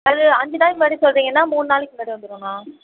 அது அஞ்சு நாளைக்கு முன்னாடி சொல்கிறீங்கன்னா மூணு நாளைக்கு முன்னாடி வந்துருண்ணா